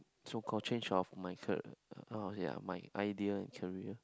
so called change of my car~ oh ya my idea in career